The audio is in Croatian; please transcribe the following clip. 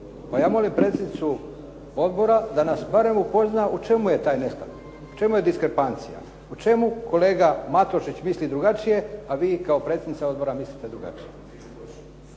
Pa ja molim predsjednicu odbora da nas barem upozna u čemu je taj ne sklad, u čemu je diskrepancija? U čemu kolega Matušić misli drugačije, a vi kao predsjednica odbora mislite drugačije?